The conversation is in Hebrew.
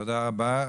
תודה רבה.